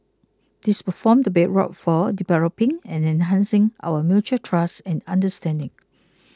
this will form the bedrock for developing and enhancing our mutual trust and understanding